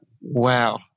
wow